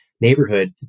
neighborhood